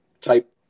type